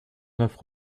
neuf